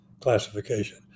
classification